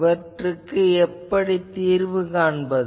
இதற்கு எப்படித் தீர்வு காண்பது